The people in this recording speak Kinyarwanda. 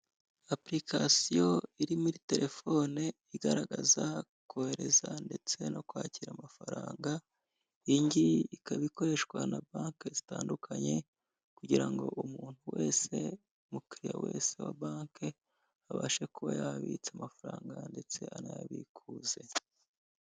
Apulikasiyo iri muri telefone igaragaza kohereza ndetse no kwakira amafaranga, iyingiyi ikaba ikoreshwa na banke zitandukanye kugirango umuntu wese, umukiriya wese wa banke abashe kuba yabitsa amafaranga ndetse anayabikuze.